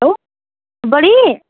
hello body